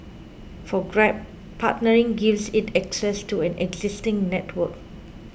for Grab partnering gives it access to an existing network